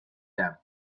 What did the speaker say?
them